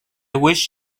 wish